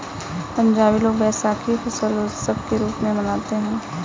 पंजाबी लोग वैशाखी फसल उत्सव के रूप में मनाते हैं